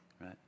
right